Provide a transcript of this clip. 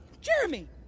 Jeremy